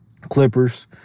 Clippers